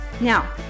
Now